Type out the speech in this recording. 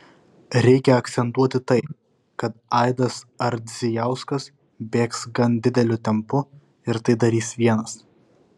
reikia akcentuoti tai kad aidas ardzijauskas bėgs gan dideliu tempu ir tai darys vienas